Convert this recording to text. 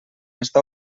està